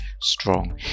strong